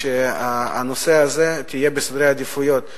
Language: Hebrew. שהנושא הזה יהיה בסדרי העדיפויות,